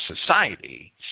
society